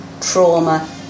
trauma